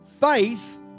faith